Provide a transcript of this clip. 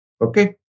okay